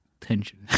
tension